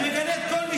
מה איתך?